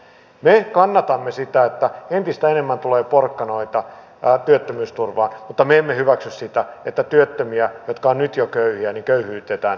me kannatamme sitä että entistä enemmän tulee porkkanoita työttömyysturvaan mutta me emme hyväksy sitä että työttömiä jotka ovat nyt jo köyhiä köyhyytetään entistä enemmän